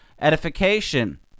edification